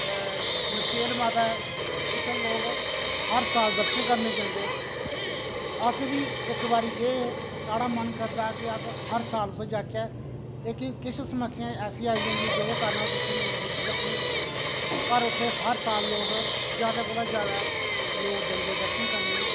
मचेल माता ऐ उत्थै लोक हर साल दर्शन करने गी जंदे अस बी इक बारी गे हे साढ़ा मन करदा के अस हर साल उत्थै जाह्चै लेकिन किश समस्या ऐसी आई जंदियां जेहदे कारण अस उत्थै नेई पुज्जी सकने पर उत्थे हर साल लोक ज्यादा कोला ज्यादा लोक जंदे दर्शन करने गी